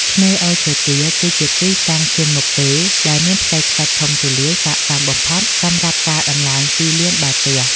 ឆ្នេរអូឈើទាលគឺជាទីតាំងឈានមុខគេ ដែលមានផ្ទៃខ្សាច់ធំទូលាយស័ក្តិសមបំផុតសម្រាប់ការដំឡើងទីលានបាល់ទះ។